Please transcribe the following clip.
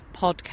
podcast